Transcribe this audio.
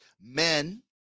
men